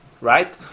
Right